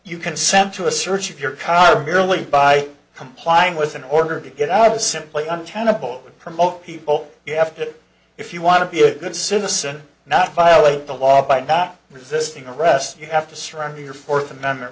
you consent to a search of your car merely by complying with an order to get out i was simply untenable that promote people you have to if you want to be a good citizen not violate the law by not resisting arrest you have to surrender your fourth amendment